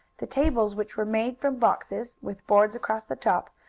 the tables, which were made from boxes, with boards across the top,